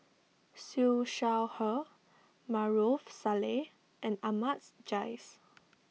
Siew Shaw Her Maarof Salleh and Ahmad's Jais